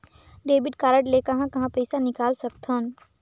Debit card ले कहां कहां पइसा निकाल सकथन?